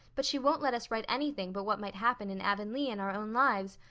but she won't let us write anything but what might happen in avonlea in our own lives,